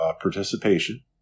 participation